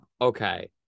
okay